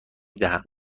دهم